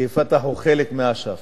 כי "פתח" הוא חלק מאש"ף,